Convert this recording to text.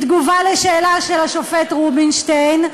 בתגובה על שאלה של השופט רובינשטיין,